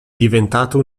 diventato